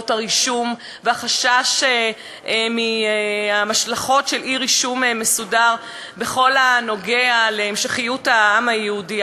והחשש מהשלכות של אי-רישום מסודר בכל הקשור להמשכיות העם היהודי.